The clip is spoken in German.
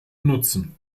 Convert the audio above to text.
nutzen